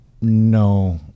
no